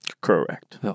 Correct